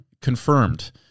confirmed